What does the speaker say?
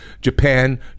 Japan